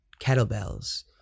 kettlebells